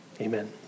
Amen